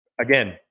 again